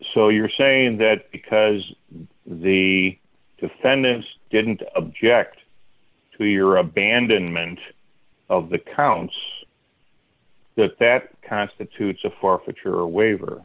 so you're saying that because the defendants didn't object to your abandonment of the counts that that constitutes a far future waiver